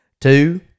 Two